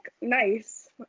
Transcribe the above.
nice